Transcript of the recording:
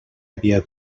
havia